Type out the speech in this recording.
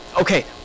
Okay